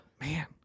man